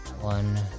One